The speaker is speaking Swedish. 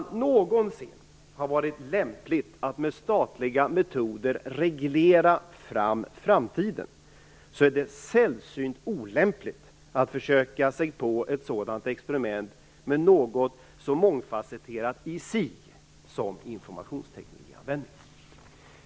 Om det någonsin har varit lämpligt att med statliga metoder reglera fram framtiden, så är det sällsynt olämpligt att försöka sig på ett sådant experiment med något så mångfasetterat i sig som informationsteknikanvändningen.